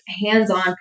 hands-on